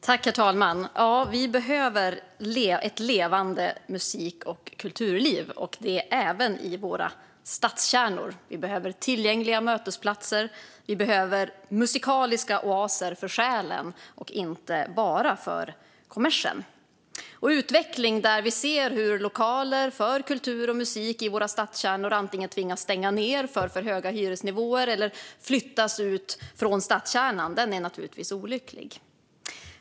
Herr talman! Vi behöver ett levande musik och kulturliv, och det även i våra stadskärnor. Vi behöver tillgängliga mötesplatser och musikaliska oaser för själen, inte bara för kommersen. Utveckling där vi ser hur lokaler för kultur och musik i våra stadskärnor antingen tvingas stänga ned på grund av för höga hyresnivåer eller flyttas ut från stadskärnan är naturligtvis olycklig.